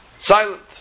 Silent